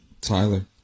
Tyler